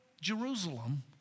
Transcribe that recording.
Jerusalem